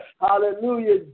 Hallelujah